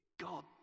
god